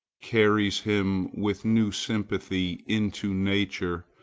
carries him with new sympathy into nature,